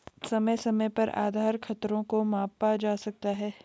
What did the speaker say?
समय समय पर आधार खतरों को मापा जा सकता है